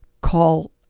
call